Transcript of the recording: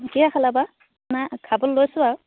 কিহেৰে খালা বা নাই খাবলৈ লৈছোঁ আৰু